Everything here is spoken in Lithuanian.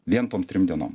vien tom trim dienom